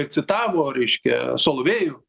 citavo reiškia solovėju